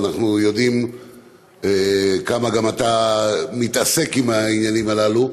ואנחנו יודעים כמה גם אתה מתעסק עם העניינים הללו,